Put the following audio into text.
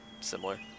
similar